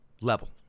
level